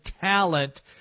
talent